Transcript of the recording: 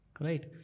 Right